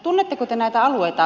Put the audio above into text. tunnetteko te näitä alueita